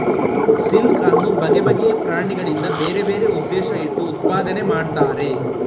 silk ಅನ್ನು ಬಗೆ ಬಗೆಯ ಪ್ರಾಣಿಗಳಿಂದ ಬೇರೆ ಬೇರೆ ಉದ್ದೇಶ ಇಟ್ಟು ಉತ್ಪಾದನೆ ಮಾಡ್ತಾರೆ